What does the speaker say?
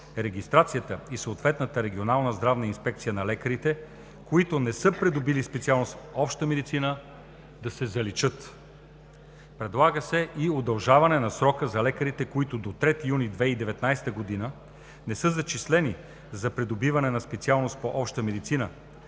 регистрацията в съответната регионална здравна инспекция на лекарите, които не са придобили специалност „Обща медицина“, да се заличи. Предлага се и удължаване на срока за лекарите, които до 3 юни 2019 г. не са зачислени за придобиване на специалност „Обща медицина“,